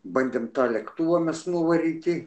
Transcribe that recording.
bandėm tą lėktuvą mes nuvaryti